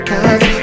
Cause